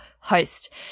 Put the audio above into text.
host